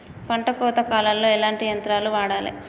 పంట కోత కాలాల్లో ఎట్లాంటి యంత్రాలు వాడాలే?